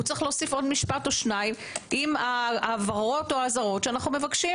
הוא צריך להוסיף עוד משפט או שניים עם ההבהרות או האזהרות שאנו מבקשים.